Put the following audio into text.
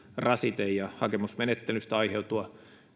rasite ja hakemusmenettelystä aiheutua